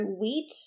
wheat